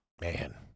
Man